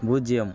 பூஜ்ஜியம்